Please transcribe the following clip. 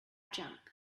jump